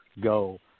go